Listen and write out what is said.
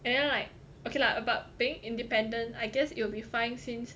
and then like okay lah about being independent I guess it will be fine since